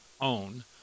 own